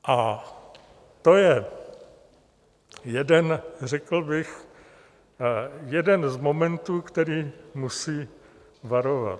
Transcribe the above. A to je jeden, řekl bych, jeden z momentů, který musí varovat.